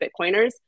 Bitcoiners